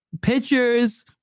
Pictures